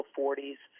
40s